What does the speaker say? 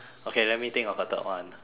okay let me think of a third one